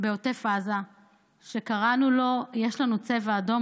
בעוטף עזה שקראנו לו: יש לנו צבע אדום,